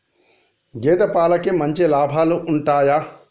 గేదే పాలకి మంచి లాభాలు ఉంటయా?